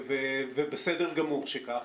ובסדר גמור שכך,